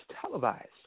televised